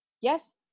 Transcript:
Yes